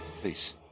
Please